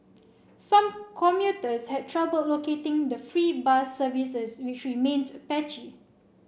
some commuters had trouble locating the free bus services which remained patchy